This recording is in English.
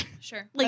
Sure